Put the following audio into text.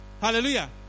Hallelujah